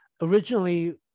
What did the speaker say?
originally